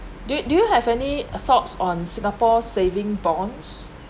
do do you have any uh thoughts on singapore saving bonds